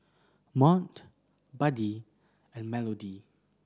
Mont Buddy and Melodee